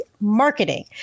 marketing